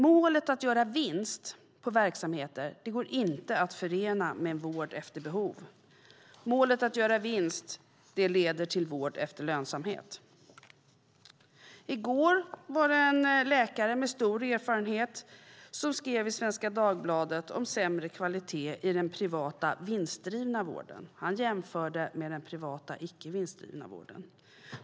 Målet att göra vinst på verksamheter går inte att förena med vård efter behov. Målet att göra vinst leder till vård efter lönsamhet. I går var det en läkare med stor erfarenhet som skrev i Svenska Dagbladet om sämre kvalitet i den privata vinstdrivna vården. Han jämförde med den privata icke vinstdrivna vården.